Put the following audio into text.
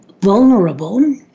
vulnerable